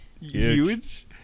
Huge